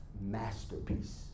masterpiece